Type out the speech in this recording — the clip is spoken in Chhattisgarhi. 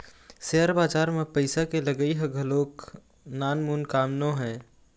सेयर बजार म पइसा के लगई ह घलोक नानमून काम नोहय